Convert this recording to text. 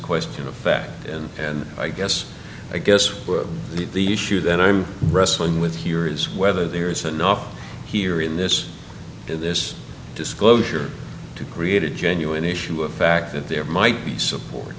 question of fact and i guess i guess we're the issue that i'm wrestling with here is whether there is enough here in this in this disclosure to create a genuine issue of fact that there might be support